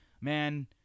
man